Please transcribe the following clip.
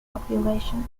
populations